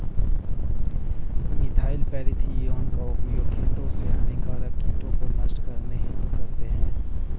methyl parathion का उपयोग खेतों से हानिकारक कीटों को नष्ट करने हेतु करते है